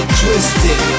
twisted